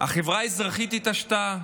החברה הישראלית התעשתה.